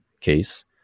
case